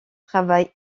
travaille